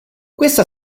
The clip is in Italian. questa